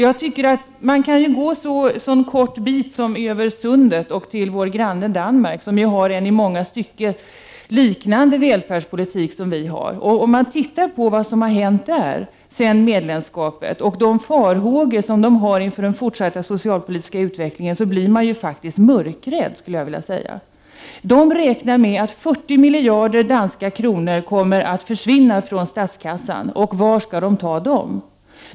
Man behöver inte gå längre än över Sundet till vårt grannland Danmark, som ju har en i många stycken liknande välfärdspolitik som den vi har. Om man tittar på vad som har hänt där sedan medlemskapet och de farhågor som finns där inför den fortsatta politiska utvecklingen, blir man faktiskt nästan mörkrädd, skulle jag vilja säga. Danskarna räknar med att 40 miljarder danska kronor kommer att försvinna från statskassan. Var skall de ta dem?